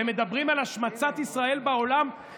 הם מדברים על השמצת ישראל בעולם,